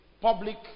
public